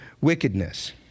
wickedness